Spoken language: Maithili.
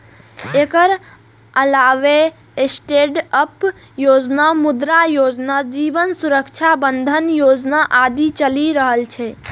एकर अलावे स्टैंडअप योजना, मुद्रा योजना, जीवन सुरक्षा बंधन योजना आदि चलि रहल छै